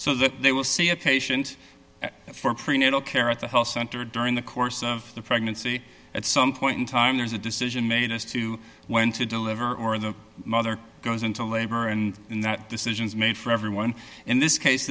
so that they will see a patient for prenatal care at the health center during the course of the pregnancy at some point in time there's a decision made as to when to deliver or the mother goes into labor and in that decisions made for everyone in this case